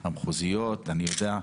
המחוזיות, אני יודע.